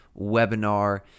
webinar